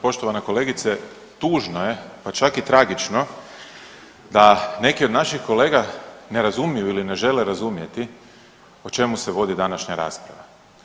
Poštovana kolegice, tužno je, pa čak i tragično da neki od naših kolega ne razumiju ili ne žele razumjeti o čemu se vodi današnja rasprava.